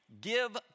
give